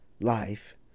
life